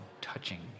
touching